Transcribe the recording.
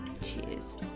Cheers